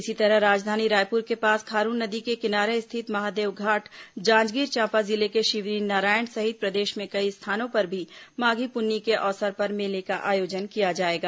इसी तरह राजधानी रायपुर के पास खारून नदी के किनारे स्थित महादेवघाट जांजगीर चांपा जिले के शिवरीनारायण सहित प्रदेश में कई स्थानों पर भी माधी पुन्नी के अवसर पर मेले का आयोजन किया जाएगा